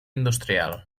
industrial